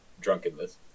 drunkenness